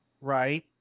right